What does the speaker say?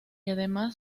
además